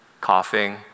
coughing